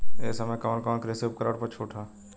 ए समय कवन कवन कृषि उपकरण पर छूट ह?